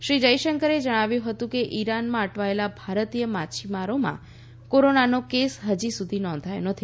શ્રી જયશંકરે જણાવ્યું હતું કે ઇરાનમાં અટવાયેલા ભારતીય માછીમારોમાં કોરોનાનો કેસ હજી સુધી નોંધાયો નથી